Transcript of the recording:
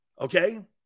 Okay